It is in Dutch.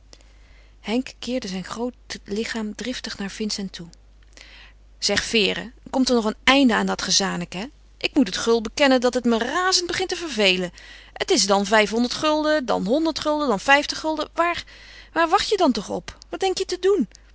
henk keerde zijn groot lichaam driftig naar vincent toe zeg vere komt er nog geen einde aan dat gezanik hè ik moet het gul bekennen dat het me razend begint te vervelen het is dan vijfhonderd gulden dan honderd gulden dan vijftig gulden waar waar wacht je dan toch op wat denk je te doen